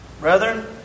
Brethren